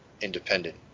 independent